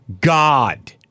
God